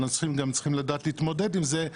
אנחנו צריכים לדעת להתמודד עם זה.